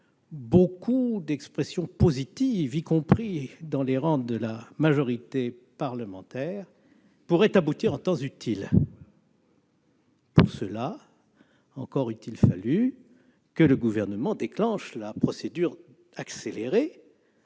beaucoup de réactions positives, y compris dans les rangs de la majorité de l'Assemblée nationale, pourrait aboutir en temps utile. Pour cela, encore eût-il fallu que le Gouvernement déclenchât la procédure accélérée,